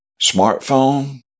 smartphone